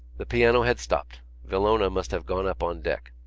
the piano had stopped villona must have gone up on deck.